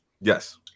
Yes